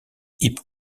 hip